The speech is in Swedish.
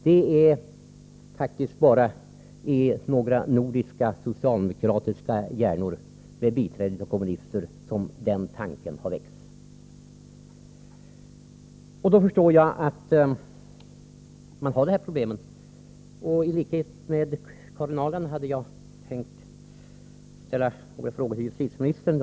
Det är faktiskt bara i några nordiska socialdemokratiska hjärnor — med biträde av kommunister — som den tanken har väckts. I likhet med Karin Ahrland hade jag tänkt ställa några frågor till justitieministern.